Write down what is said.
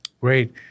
Great